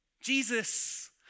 Jesus